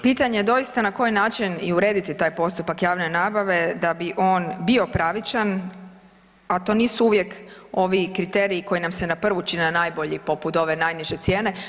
Pitanje je doista na koji način i urediti taj postupak javne nabave da bi on bio pravičan, a to nisu uvijek ovi kriteriji koji nam se na prvu čine najbolji poput ove najniže cijene.